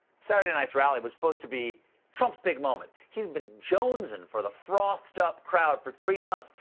saturday night's rally was supposed to be trump's big moment. he's been jonesing for the frothed-up crowd for three months.